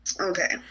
Okay